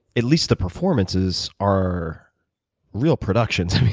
at least the performances, are real productions. i mean,